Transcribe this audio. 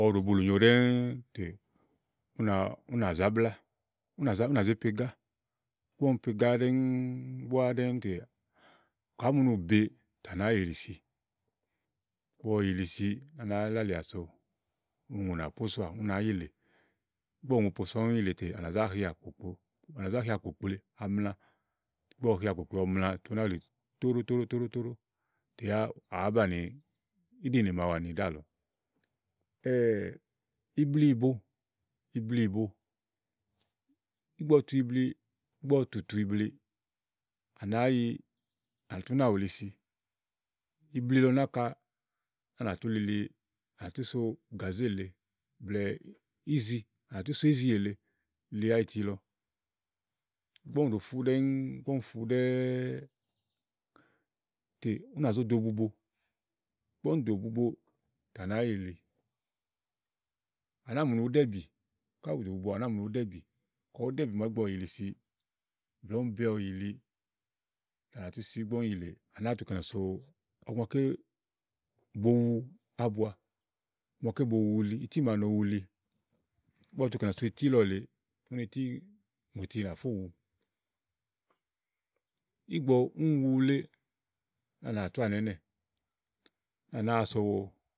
ɔwɔ ɖòo bulùnyo ɖɛ́ŋúúú tè, únà únà zá blá, únà zá únà zó po ígà ígbɔ úni po igá ɖɛ́ŋúú búa ɖɛ́ŋúú tè ka àámu ni ù be, tà nàá yi yìlisi, ígbɔ ɔwɔ yì yìlisi úni à nàá lalìà so úni ùŋù nà posoà ú nàá yilè ìgbɔ ùŋùu posoà úni yìlè tè à zá hià opo, à nà zá hià kpòkpli amla ígbɔ ɔwɔ hià kpokpli ɔwɔ mla tè ú nàá wulì tóɖó tóɖó tóɖó tóɖó tè yá àá banìi íɖìnè màawu àni ká lèe. ibliìbo, ìbliìbo, ígbɔ ɔwɔ tu ibli, ígbɔ ɔwɔ tùtù ibli, à nàá yi à nà tú máàwù yili si ibli lɔ náka úni à ná tú yìlili à nà tú so gàzé lèe blɛ̀ɛ ízi, à nà tú so ízì èle li áyiti lɔ ígbɔ úni ɖòo fú ɖɛ́ŋúú, ígbɔ úni fu ɖɛ́ɛ́ tè ú nà zó do bubo ígbɔ úni dò bubo tè à nàá yi yìili, à nàáa mù ni ùú ɖɛ́ ìbì ká ù dò buboò à nàáa mù ni ùú ɖɛ ìbì ka ùú ɖɛ ìbì ka ùú ɖɛ ìbì, ka ùú ɖɛ ìbì màaɖu ígbɔ ɔwɔ yì yili si màa úni be ɔwɔ yì yìlì à nà tú si ígbɔ úni yìlè à nàáa tu kɛ̀nìà so, ɔku màaké bo wu ábua ɔku màaké bòo wu uli ití màa nòo wu uli ígbɔ ɔwɔ tu kɛ̀nìà so ití lɔ lèe úni ití ŋòti nàfó wùu. ígbɔ úni wu wuléè à nà tú wanìà ínɛ ànàáa so.